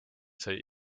sai